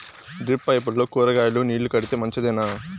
Drip పైపుల్లో కూరగాయలు నీళ్లు కడితే మంచిదేనా?